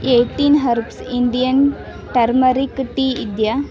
eighteen herbs Indian turmeric tea ಇದೆಯಾ